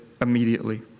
immediately